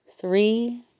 three